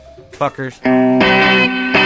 Fuckers